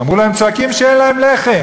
אמרו לה: הם צועקים שאין להם לחם.